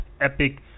epic